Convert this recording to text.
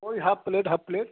वोई half plate half plate